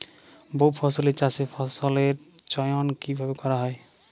বহুফসলী চাষে ফসলের চয়ন কীভাবে করা হয়?